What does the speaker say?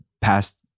past